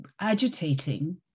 agitating